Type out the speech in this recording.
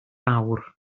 awr